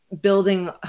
building